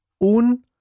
un